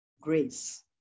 grace